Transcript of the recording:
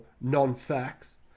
non-facts